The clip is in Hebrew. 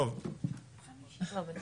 צוהריים